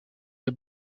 des